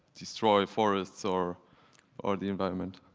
destroy forests or or the environment.